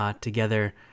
together